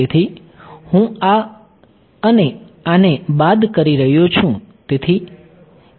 તેથી હું આ અને આને બાદ કરી રહ્યો છું